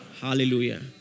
Hallelujah